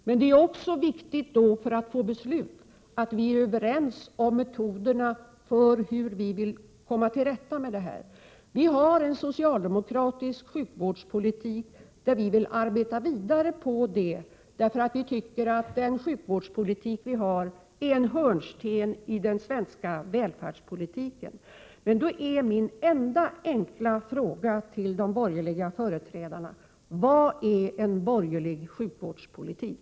För att kunna fatta beslut är det emellertid också viktigt att vara överens om metoderna för att avhjälpa bristerna. Vi socialdemokrater vill med vår sjukvårdspolitik arbeta vidare på det området. Vi anser nämligen att den nuvarande sjukvårdspolitiken är en hörnsten i den svenska välfärdspolitiken. Min enkla och enda fråga till de borgerliga företrädarna blir: Vad är en borgerlig sjukvårdspolitik?